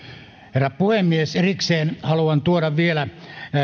herra puhemies erikseen haluan tuoda vielä